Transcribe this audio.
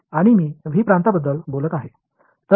आणि मी V प्रांताबद्दल बोलत आहे